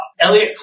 Elliot